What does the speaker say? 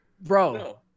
bro